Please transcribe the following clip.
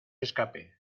escape